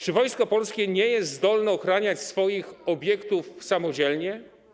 Czy Wojsko Polskie nie jest zdolne ochraniać swoich obiektów samodzielnie?